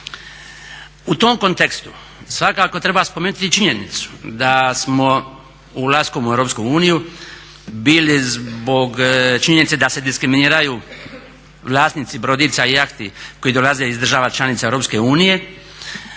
U tom kontekstu svakako treba spomenuti i činjenicu da smo ulaskom u EU bili zbog činjenice da se diskriminiraju vlasnici brodica i jahti koji dolaze iz država članica EU